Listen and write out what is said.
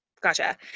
Gotcha